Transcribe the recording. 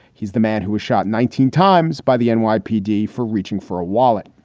he's the man who shot nineteen times by the and nypd for reaching for a wallet.